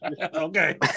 Okay